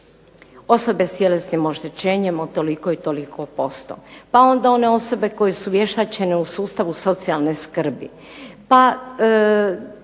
osobe s tjelesnim oštećenjem od toliko i toliko posto, pa onda one osobe koje su vještačene u sustavu socijalne skrbi,